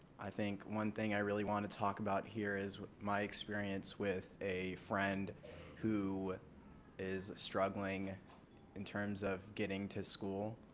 i think one thing i really want to talk about here is my experience with a friend who is struggling in terms of getting to school.